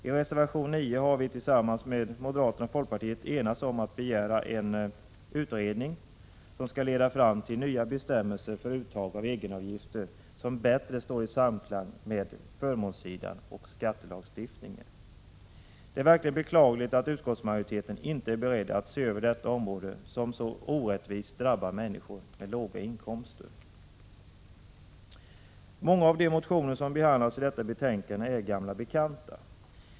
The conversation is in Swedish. I reservation 9 har vi tillsammans med moderaterna och folkpartiet enats om att begära en utredning som skall leda fram till nya bestämmelser för uttag av egenavgifter, vilka bättre står i samklang med förmånssidan och skattelagstiftningen. Det är verkligen beklagligt att utskottsmajoriteten inte är beredd att se över detta förfarande, som så orättvist drabbar människor med låga inkomster. Många av de motioner som behandlas i detta betänkande är gamla bekanta.